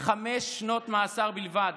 חמש שנות מאסר בלבד.